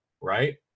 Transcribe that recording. Right